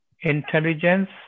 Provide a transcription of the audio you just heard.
intelligence